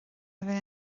bheith